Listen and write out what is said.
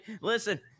Listen